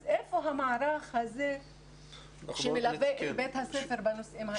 אז איפה המערך הזה שמלווה את בית הספר בנושאים האלה.